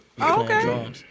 okay